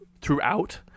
throughout